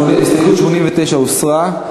הסתייגות 89 הוסרה.